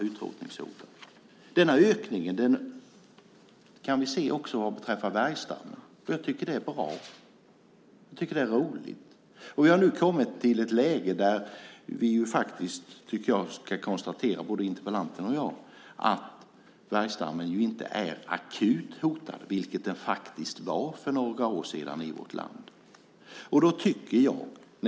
Vi kan se att denna ökning också gäller vargstammen. Jag tycker att det är bra och roligt. Nu har vi kommit i ett läge där både interpellanten och jag måste konstatera att vargstammen inte är akut hotad, vilket den faktiskt var för några år sedan i vårt land.